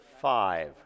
Five